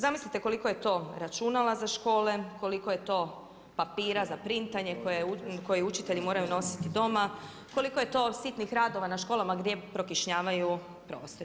Zamislite koliko je računala za škole, koliko je to papira za printanje koje učitelji moraju nositi doma, koliko je to sitnih radova na školama gdje prokišnjavaju prostori.